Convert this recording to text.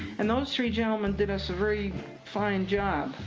and, those three gentlemen did us a very fine job.